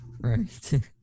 Right